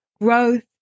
growth